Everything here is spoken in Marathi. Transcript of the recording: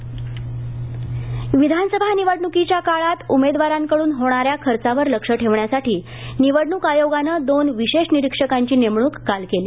विशेष निरीक्षक विधानसभा निवडणुकीच्या काळांत उमेदवारांकडुन होणाऱ्या खर्चावर लक्ष ठेवण्यासाठी निवडणुक आयोगानं दोन विशेष निरिक्षकांची नेमणुक काल केली